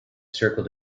circle